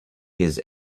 his